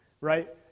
right